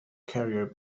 carrier